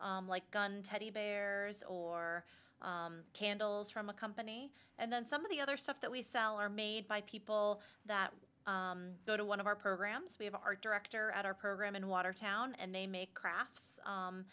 company like gun teddy bears or candles from a company and then some of the other stuff that we sell are made by people that go to one of our programs we have our director at our program in watertown and they make crafts